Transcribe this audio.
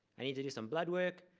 i need to do some blood work.